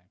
in